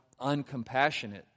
uncompassionate